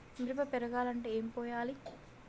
మిరప పెరగాలంటే ఏం పోయాలి?